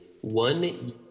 one